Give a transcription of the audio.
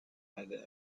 other